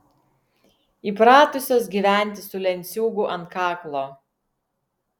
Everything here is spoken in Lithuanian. įpratusios gyventi su lenciūgu ant kaklo